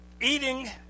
Eating